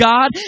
God